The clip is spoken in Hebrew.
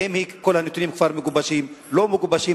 האם כל הנתונים כבר מגובשים או לא מגובשים?